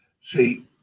See